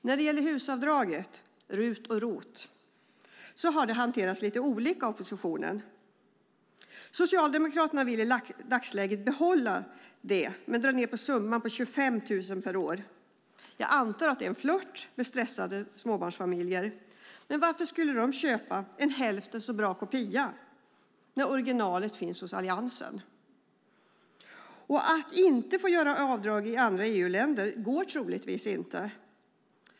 RUT och ROT-avdragen har hanterats lite olika av oppositionen. Socialdemokraterna vill i dagsläget behålla det men dra ned summan till 25 000 kronor per år. Jag antar att det är en flirt med stressade småbarnsfamiljer. Men varför skulle de köpa en hälften så bra kopia när originalet finns hos Alliansen? Att ta bort denna avdragsrätt i andra EU-länder går troligtvis inte.